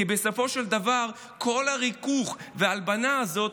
כי בסופו של דבר כל הריכוך וההלבנה הזאת